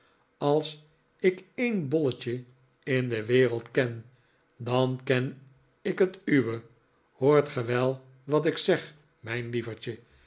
als ik een bolletje in de wereld ken dan ken ik het uwe hoort ge wel wat ik zeg mijn lieverdje